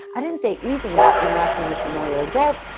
i didn't say anything about interacting with familiar adults,